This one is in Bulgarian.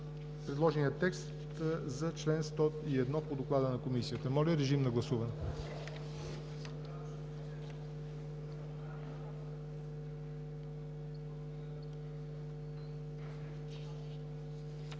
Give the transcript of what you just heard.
предложения текст за чл. 101 по доклада на Комисията. Моля, гласувайте.